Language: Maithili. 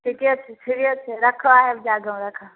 ठीके छै छै राखह आबि जाह गाम राखह